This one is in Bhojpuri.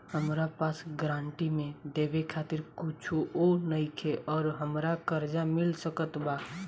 हमरा पास गारंटी मे देवे खातिर कुछूओ नईखे और हमरा कर्जा मिल सकत बा?